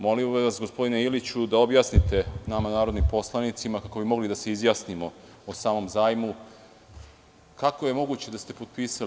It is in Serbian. Molim vas, gospodine Iliću, da objasnite nama narodnim poslanicima kako bi mogli da se izjasnimo o samom zajmu – kako je moguće da ste potpisali?